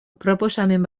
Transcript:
proposamen